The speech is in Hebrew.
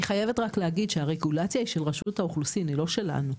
אני חייבת רק להגיד שהרגולציה היא של רשות האוכלוסין ולא שלנו.